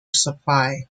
supply